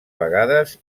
vegades